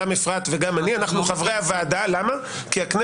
גם אפרת וגם אני חברי הוועדה כי הכנסת